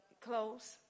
close